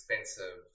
expensive